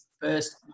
first